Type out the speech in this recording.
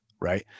right